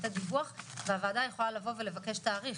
והוועדה יכולה לבקש תאריך,